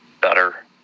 better